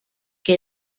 que